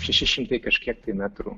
šeši šimtai kažkiek tai metrų